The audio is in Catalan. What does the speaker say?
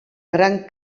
gran